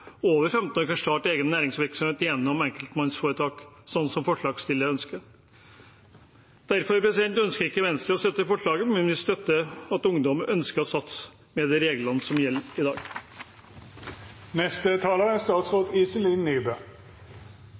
over 15 år kan starte egen næringsvirksomhet gjennom enkeltpersonforetak, slik som forslagsstillerne ønsker. Derfor ønsker ikke Venstre å støtte forslaget, men vi støtter at ungdom ønsker å satse – med de reglene som gjelder i dag. Små og mellomstore bedrifter er